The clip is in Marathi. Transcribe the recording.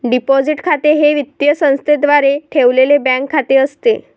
डिपॉझिट खाते हे वित्तीय संस्थेद्वारे ठेवलेले बँक खाते असते